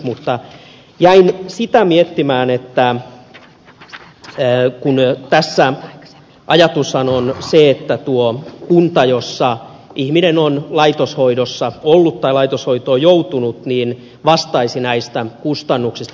mutta jäin miettimään sitä että tässähän ajatus on se että tuo kunta jossa ihminen on laitoshoidossa ollut tai laitoshoitoon joutunut vastaisi näistä kustannuksista niin kuin ed